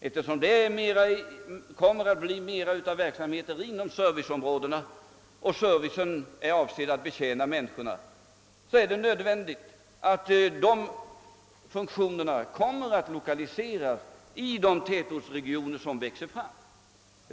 Eftersom verksamheten inom serviceområdena kommer att vidgas och servicen är avsedd att betjäna människorna, är det nödvändigt att dessa funktioner lokaliseras till de tätortsregioner som växer fram.